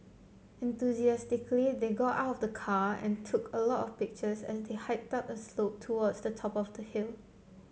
enthusiastically they got out of the car and took a lot of pictures as they hiked up a gentle slope towards the top of the hill